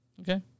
Okay